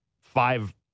five